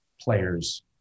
players